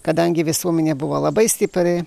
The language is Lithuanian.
kadangi visuomenė buvo labai stipri